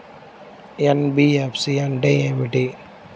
NBFC అంటే ఏమిటి?